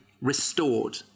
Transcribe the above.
restored